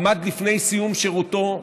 ועמד לפני סיום שירותו.